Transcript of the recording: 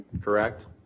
correct